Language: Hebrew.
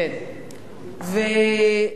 כיאה לכנסת.